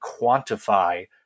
quantify